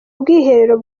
ubwiherero